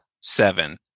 Seven